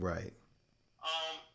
Right